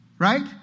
Right